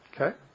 Okay